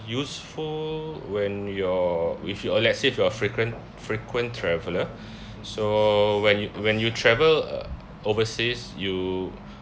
useful when your with your let's say if you're a frequent frequent traveller so when you when you travel overseas you